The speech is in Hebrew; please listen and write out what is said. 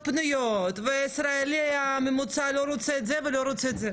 פנויות והישראלי הממוצע לא רוצה את זה ולא רוצה את זה.